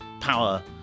power